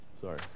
Sorry